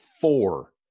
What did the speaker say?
four